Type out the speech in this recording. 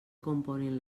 componen